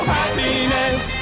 happiness